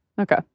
Okay